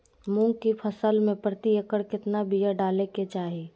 मूंग की फसल में प्रति एकड़ कितना बिया डाले के चाही?